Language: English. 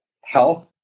health